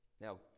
Now